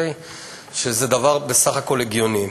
שזה דבר בסך הכול הגיוני.